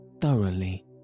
thoroughly